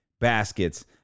baskets